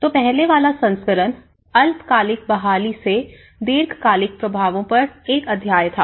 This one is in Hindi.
तो पहले वाला संस्करण अल्पकालिक बहाली से दीर्घकालिक प्रभावों पर एक अध्याय था